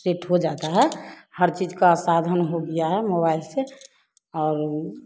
set हो जाता है हर चीज का साधन हो गया है मोबाइल से और